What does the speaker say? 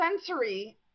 sensory